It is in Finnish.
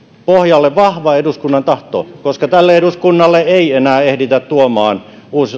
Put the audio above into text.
pohjaksi vahva eduskunnan tahto koska tälle eduskunnalle ei enää ehditä tuomaan